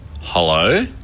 Hello